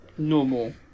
Normal